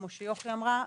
כמו שיוכי אמרה,